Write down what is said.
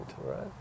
right